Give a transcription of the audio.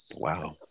wow